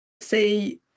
say